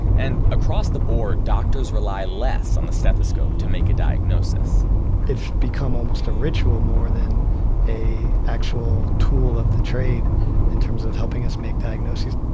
and across the board, doctors rely less on the stethoscope to make a diagnosis it's become almost a ritual more than an actual tool of the trade-in and terms of helping us make diagnoses